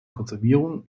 konservierung